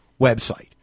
website